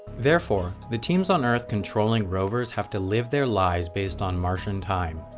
therefore, the teams on earth controlling rovers have to live their lives based on martian time.